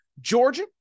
Georgia